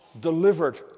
delivered